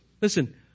Listen